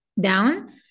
down